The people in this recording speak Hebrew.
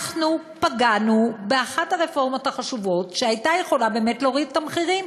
פגענו באחת הרפורמות החשובות שהייתה יכולה באמת להוריד את המחירים.